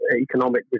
Economic